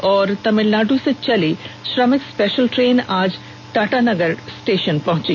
वहीं तमिलनाडु से चली श्रमिक स्पेषल ट्रेन आज टाटानगर स्टेषन पहुंची